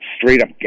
straight-up